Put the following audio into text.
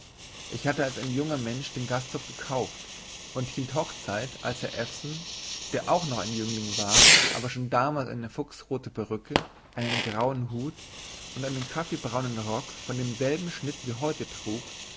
ich hatte als ein junger mensch den gasthof gekauft und hielt hochzeit als herr ewson der auch noch ein jüngling war aber schon damals eine fuchsrote perücke einen grauen hut und einen kaffeebraunen rock von demselben schnitt wie heute trug